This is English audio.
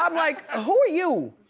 um like, ah who are you?